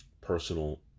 personal